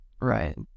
right